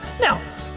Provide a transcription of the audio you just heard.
Now